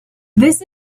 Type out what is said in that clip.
this